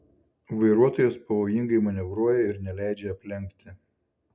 vairuotojas pavojingai manevruoja ir neleidžia aplenkti